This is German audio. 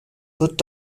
wird